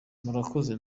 murakoze